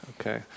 Okay